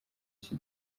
iki